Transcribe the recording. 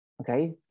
okay